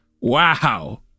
Wow